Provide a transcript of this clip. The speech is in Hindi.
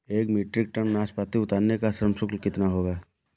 एक मीट्रिक टन नाशपाती उतारने का श्रम शुल्क कितना होगा?